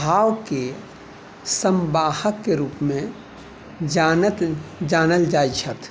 भावके संवाहकके रूपमे जानत जानल जाइत छथि